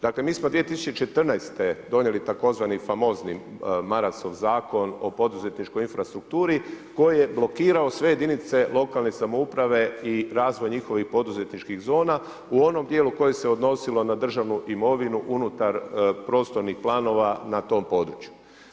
Dakle, mi smo 2014. donijeli tzv. famozni Marasov zakon o poduzetničkoj infrastrukturi, koji je blokirao sve jedinice lokalne samouprave i razvoj njihovih poduzetničkih zona u onom dijelu koji se odnosilo na državnu imovinu, unutar prostornih planova na tom području.